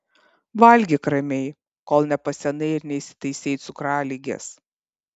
valgyk ramiai kol nepasenai ir neįsitaisei cukraligės